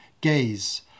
gaze